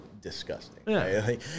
disgusting